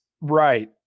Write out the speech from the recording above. right